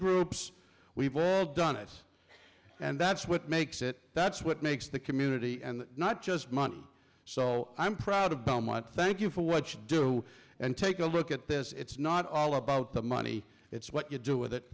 groups we've done it and that's what makes it that's what makes the community and not just money so i'm proud of belmont thank you for what you do and take a look at this it's not all about the money it's what you do with it